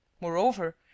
Moreover